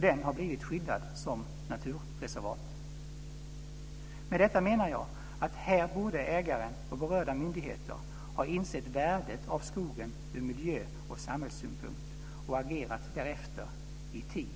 Den har blivit skyddad som naturreservat. Med detta menar jag att här borde ägaren och berörda myndigheter ha insett värdet av skogen ur miljö och samhällssynpunkt och agerat därefter - i tid.